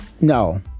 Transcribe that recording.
No